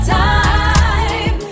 time